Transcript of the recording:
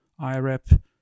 IREP